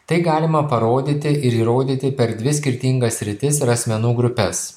tai galima parodyti ir įrodyti per dvi skirtingas sritis ir asmenų grupes